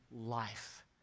life